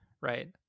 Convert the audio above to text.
right